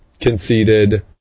conceded